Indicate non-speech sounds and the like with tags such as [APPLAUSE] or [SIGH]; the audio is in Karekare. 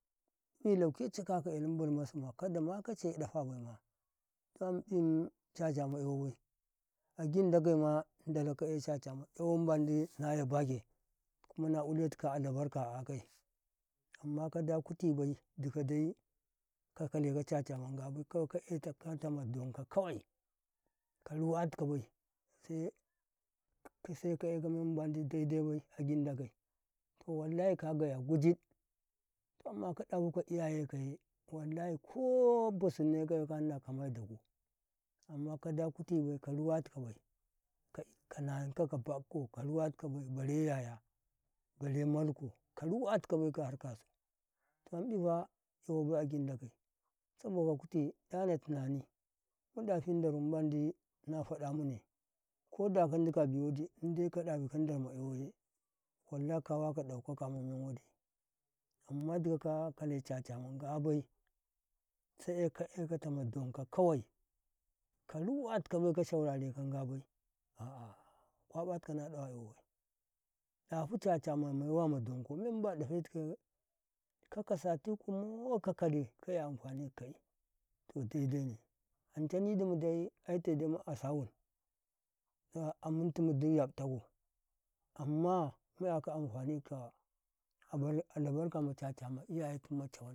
Lauke cikaka yali mulmusima kadama kace dafe baima [UNINTELLIGIBLE] caca ma yawa ba agi ndagema, ndala kayi cacama yawo mendi na yabake kuma na iletu kau albarka akai, amma kada kati bai dikadai ka kale ka caca ma ngabai kawai ka yekata ma donkau kawai, karuwati bai sai kaye bai ka mem ma di dai dai bai ya gindage, to wallahi kaga ya gajid to amma ka dafuka iyaye ti kaye wallahi ko busun ne kana kani kamai dagu, amma kada kutibai ka ruwaitika bai bare yaya bare maiko, karuwasukabai agi ndage, saboka kuti yana tunani mu dafi daru mbandi na fadamune koda ka dika abi waɗi, in dai ka dafe ka ndaru maya waye wallahi ko wa ka dau ka kama men wadi, amma ditau ka kale caca ma ngabai sai ka iyata ka ma dan kau kawai kar wati ku bai ka shaurareka ngabai a'ah kwabatikau na ina yawatai dafi caca ma mai wa madonku me mbandi dafetikaye kakasati kumo kakali kaye amfani ka kai to dai-dai ne, anca nidimu dai aite dai mu aswun [HESITATION] amintin madimin yab takau amma muyaka amfani ka albarka ma caca ma iayayatun ma cawan.